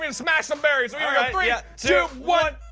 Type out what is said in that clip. and smash some berries, here we go. three, yeah two, one!